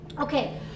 Okay